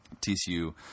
TCU